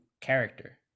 character